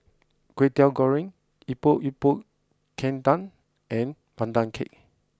Kway Teow goreng Epok Epok Kentang and Pandan Cake